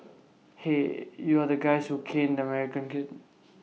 hey you are the guys who caned the American kid